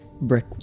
Brick